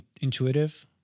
intuitive